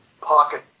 pocket